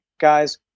guys